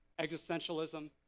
existentialism